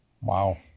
Wow